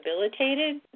rehabilitated